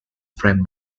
frame